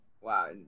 wow